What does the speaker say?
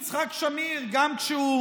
יצחק שמיר, גם כשהוא